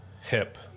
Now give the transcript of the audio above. hip